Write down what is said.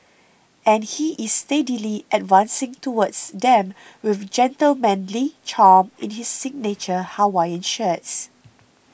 and he is steadily advancing towards them with gentlemanly charm in his signature Hawaiian shirts